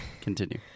continue